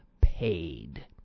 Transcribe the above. paid